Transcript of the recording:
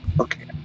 Okay